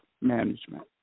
management